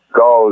go